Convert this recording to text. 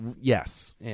Yes